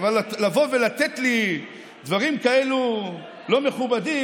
לבוא ולתת לי דברים כאלו לא מכובדים,